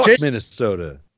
Minnesota